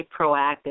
proactive